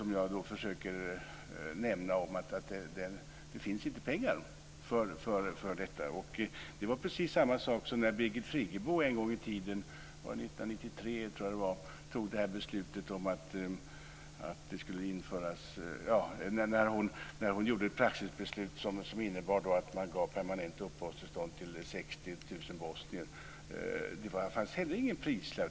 Men det finns inte pengar för detta. Det var precis samma sak när Birgit Friggebo en gång i tiden - 1993 tror jag att det var - fattade ett praxisbeslut som innebar att man gav permanent uppehållstillstånd till 60 000 bosnier. Det fanns ingen prislapp på det.